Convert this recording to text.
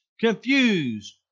confused